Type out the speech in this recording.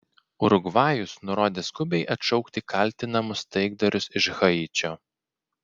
urugvajus nurodė skubiai atšaukti kaltinamus taikdarius iš haičio